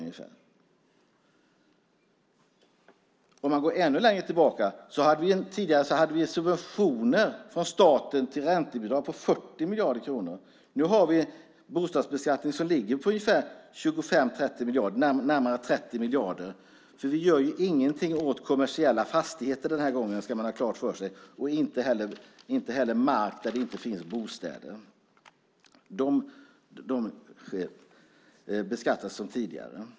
Man kan gå ännu längre tillbaka. Tidigare hade vi subventioner på 40 miljarder kronor från staten till räntebidrag. Nu har vi en bostadsbeskattning som ligger på ungefär 25-30 miljarder, närmare 30 miljarder. Vi gör ingenting åt kommersiella fastigheter den här gången, ska man ha klart för sig, och inte heller åt mark där det inte finns bostäder. De beskattas som tidigare.